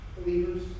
believers